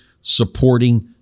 supporting